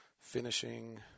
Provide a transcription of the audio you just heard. finishing